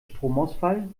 stromausfall